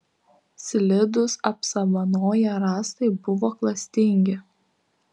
slidūs apsamanoję rąstai buvo klastingi